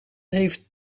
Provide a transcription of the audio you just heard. heeft